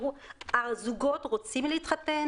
הזוגות רוצים להתחתן,